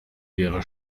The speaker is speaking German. wäre